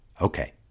Okay